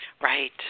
right